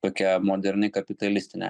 tokia moderni kapitalistinė